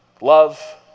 love